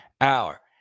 hour